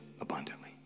abundantly